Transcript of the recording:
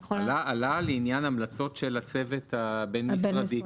עלה לעניין המלצות של הצוות הבין-משרדי,